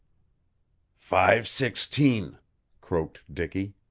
five-sixteen, croaked dicky.